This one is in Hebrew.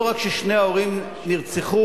לא רק ששני ההורים נרצחו,